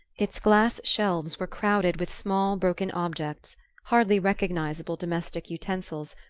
its glass shelves were crowded with small broken objects hardly recognisable domestic utensils,